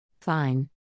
Fine